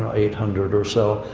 eight hundred or so.